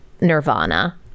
nirvana